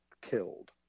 killed